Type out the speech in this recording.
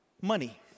money